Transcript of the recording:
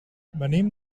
venim